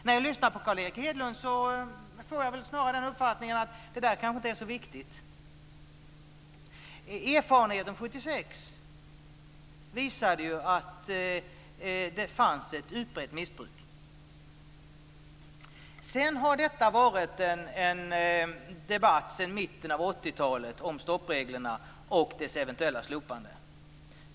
När jag lyssnar på Carl Erik Hedlund får jag snarare uppfattningen att det inte är så viktigt. Erfarenheten från 1976 visar att det fanns ett utbrett missbruk. Sedan har det funnits en debatt sedan mitten av 80-talet om stoppreglerna och deras eventuella slopande.